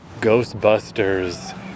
Ghostbusters